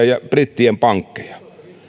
ja brittien pankkeja